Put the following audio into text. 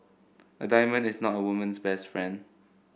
a diamond is not a woman's best friend